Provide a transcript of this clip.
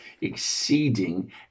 exceeding